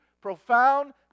profound